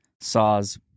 Saw's